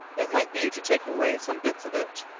it might be to take away some bits of it.